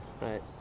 right